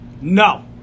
No